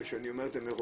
אני אומר את זה מראש,